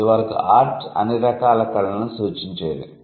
ఇది వరకు ఆర్ట్ అన్ని రకాల కళలను సూచించేది